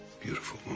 beautiful